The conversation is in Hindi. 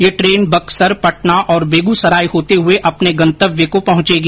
यह ट्रेन बक्सर पटना और बेगुसराय होते हुए अपने गंतव्य को पहुंचेगी